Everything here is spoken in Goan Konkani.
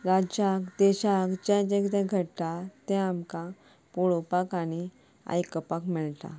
राज्यांक देशांक जें जें किदें घडटा तें आमकां पळोपाक आनी आयकुपाक मेळटा